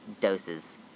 doses